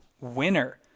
winner